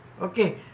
Okay